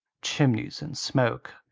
chimneys and smoke,